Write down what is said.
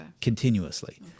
continuously